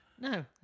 No